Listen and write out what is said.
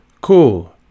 Cool